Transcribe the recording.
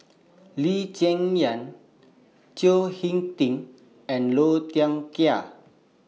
Lee Cheng Yan Chao Hick Tin and Low Thia Khiang